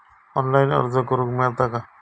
Online अर्ज करूक मेलता काय?